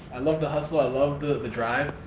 i love the hustle, i love the the drive,